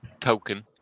token